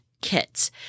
kits